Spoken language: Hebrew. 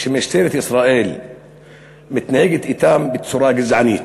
שמשטרת ישראל מתנהגת אתם בצורה גזענית,